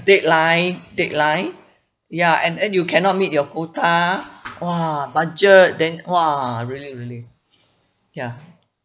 deadline deadline ya and and you cannot meet your quota !wah! budget then !wah! really really ya